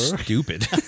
stupid